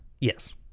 Yes